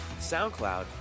SoundCloud